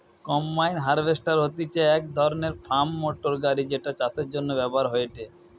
combine harvester হতিছে এক ধরণের ফার্ম মোটর গাড়ি যেটা চাষের জন্য ব্যবহার হয়েটে